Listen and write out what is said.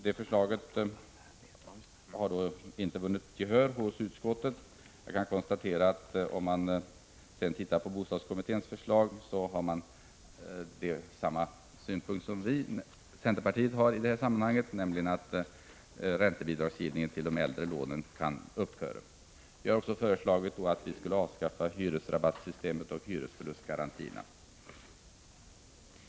Det förslaget har inte vunnit gehör hos utskottet. Bostadskommittén har samma synpunkt som centerpartiet i detta sammanhang, nämligen att räntebidragsgivningen till de äldre lånen kan upphöra. Vi har också föreslagit ett avskaffande av hyresrabattsystemet och hyresförlustgarantierna.